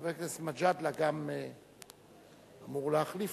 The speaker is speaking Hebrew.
חבר הכנסת מג'אדלה גם אמור להחליף